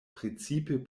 precipe